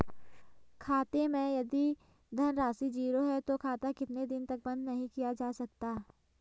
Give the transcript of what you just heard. खाते मैं यदि धन राशि ज़ीरो है तो खाता कितने दिन तक बंद नहीं किया जा सकता?